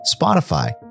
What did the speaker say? Spotify